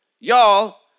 y'all